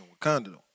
Wakanda